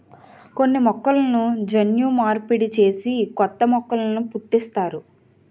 కొన్ని మొక్కలను జన్యు మార్పిడి చేసి కొత్త మొక్కలు పుట్టిస్తారు